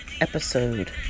episode